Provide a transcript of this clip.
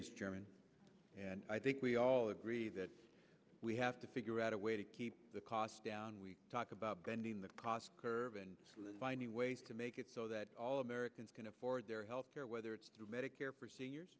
chairman and i think we all agree that we have to figure out a way to keep the cost down we talk about bending the cost curve and finding ways to make it so that all americans can afford their health care whether it's through medicare for seniors